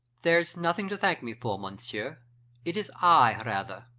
there's nothing to thank me for, monsieur it is i, rather